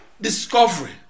discovery